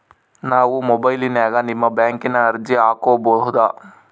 ನಾವು ಮೊಬೈಲಿನ್ಯಾಗ ನಿಮ್ಮ ಬ್ಯಾಂಕಿನ ಅರ್ಜಿ ಹಾಕೊಬಹುದಾ?